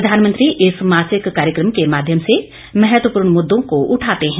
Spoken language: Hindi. प्रधानमंत्री इस मासिक कार्यक्रम के माध्यम से महत्वपूर्ण मुद्दों को उठाते हैं